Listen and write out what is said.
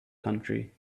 country